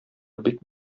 бик